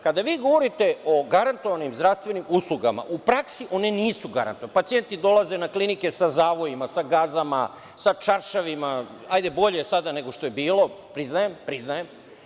Kada vi govorite o garantovanim zdravstvenim uslugama, u praksi one nisu garantovane, pacijenti dolaze na klinike sa zavojima, sa gazama, sa čaršavima, bolje je sada nego što je bilo, priznajem.